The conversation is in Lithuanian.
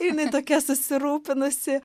jinai tokia susirūpinusi